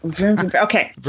Okay